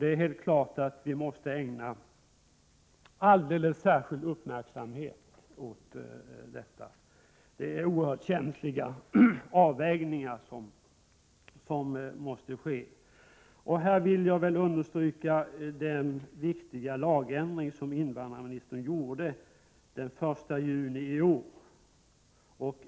Det är helt klart att vi måste ägna alldeles särskild uppmärksamhet åt detta problem. Det är oerhört känsliga avvägningar som måste ske. Här vill jag understryka den viktiga lagändring som invandrarministern gjorde den 1 juli i år.